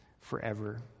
forever